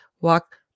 walk